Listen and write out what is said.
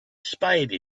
spade